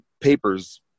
papers